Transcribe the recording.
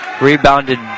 Rebounded